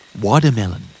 Watermelon